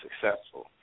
successful